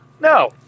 No